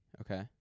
Okay